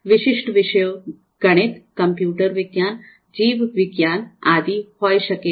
વિશિષ્ટ વિષયો ગણિત કમ્પ્યુટર વિજ્ઞાન જીવવિજ્ઞાન આદિ હોય શકે છે